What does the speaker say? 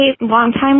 longtime